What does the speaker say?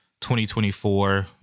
2024